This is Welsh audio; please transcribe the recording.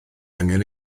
angen